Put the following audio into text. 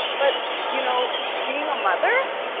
but, you know, being a mother,